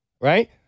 right